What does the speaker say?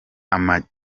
amge